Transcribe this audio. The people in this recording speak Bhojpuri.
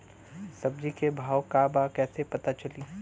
सब्जी के भाव का बा कैसे पता चली?